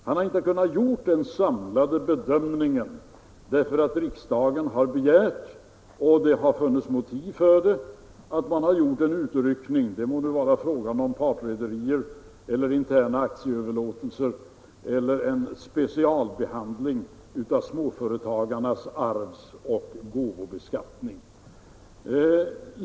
Han har inte kunnat göra den samlade bedömningen därför att riksdagen har begärt, och haft motiv för att begära, att få en viss fråga utryckt — det må vara frågan om partrederier, interna aktieöverlåtelser eller en specialbehandling av småföretagarnas arvs och gåvobeskattning.